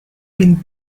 been